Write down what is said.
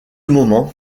moment